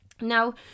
Now